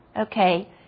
Okay